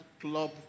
club